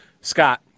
Scott